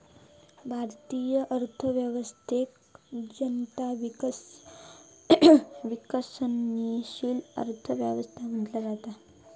भारतीय अर्थव्यवस्थेक जगातला विकसनशील अर्थ व्यवस्था म्हटला जाता